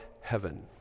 heaven